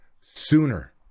sooner